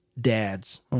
dads